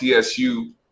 TSU